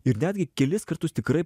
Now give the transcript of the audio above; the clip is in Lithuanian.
ir netgi kelis kartus tikrai